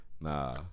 nah